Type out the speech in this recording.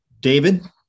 David